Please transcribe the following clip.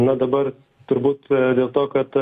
na dabar turbūt dėl to kad